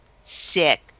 sick